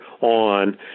on